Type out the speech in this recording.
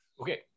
Okay